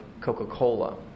Coca-Cola